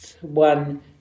one